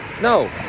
no